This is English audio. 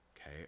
okay